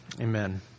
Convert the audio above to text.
Amen